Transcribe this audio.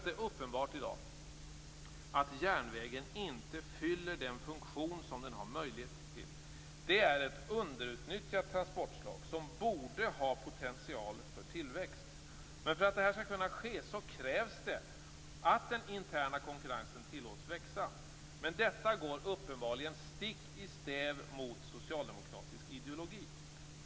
Det är uppenbart att järnvägen i dag inte fyller den funktion som den har möjlighet till; den är ett underutnyttjat transportslag, som borde ha potential för tillväxt. Men för att detta skall kunna ske krävs det att den interna konkurrensen tillåts växa. Detta går uppenbarligen stick i stäv mot socialdemokratisk ideologi.